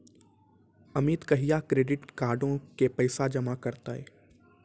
अमित कहिया क्रेडिट कार्डो के पैसा जमा करतै?